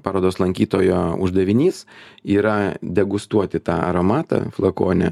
parodos lankytojo uždavinys yra degustuoti tą aromatą flakone